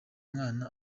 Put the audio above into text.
mwana